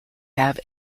have